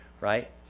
right